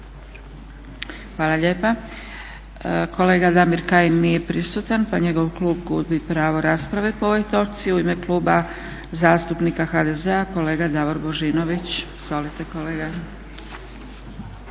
Hvala lijepa. Kolega Damir Kajin nije prisutan pa njegov klub gubi pravo rasprave po ovoj točci. U ime Kluba zastupnika HDZ-a kolega Davor Božinović. Izvolite kolega.